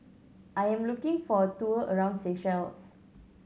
I am looking for a tour around Seychelles